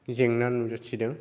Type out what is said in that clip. जेंना नुजाथिदों